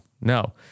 no